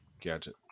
gadget